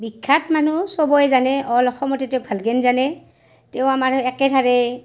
বিখ্যাত মানুহ চবেই জানে অল অসমতে তেওঁক ভালকে জানে তেওঁ আমাৰ একেধাৰে